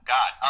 God